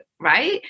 right